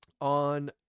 on